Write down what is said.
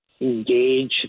engage